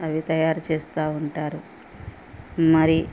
అది తయారు చేస్తూ ఉంటారు మరి